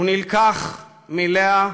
הוא נלקח מלאה,